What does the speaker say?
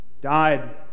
Died